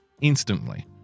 Instantly